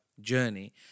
Journey